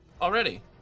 already